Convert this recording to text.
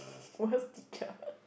worst teacher